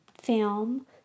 film